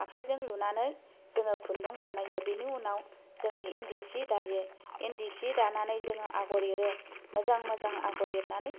आखायजों लुनानै जोङो खुन्दुं बानायो बेनि उनाव जों इन्दि सि दायो इन्दि सि दानानै जोङो आगर एरो मोजां मोजां आगर एरनानै